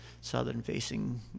southern-facing